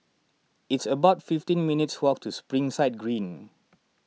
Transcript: it's about fifteen minutes' walk to Springside Green